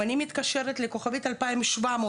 אם אני מתקשרת לכוכבית 2700,